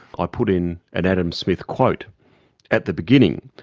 i put in an adam smith quote at the beginning,